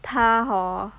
他 hor